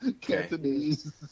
Cantonese